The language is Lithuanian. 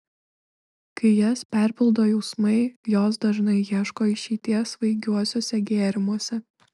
kai jas perpildo jausmai jos dažnai ieško išeities svaigiuosiuose gėrimuose